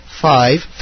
five